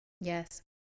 yes